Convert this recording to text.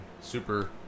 Super